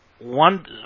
one